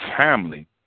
family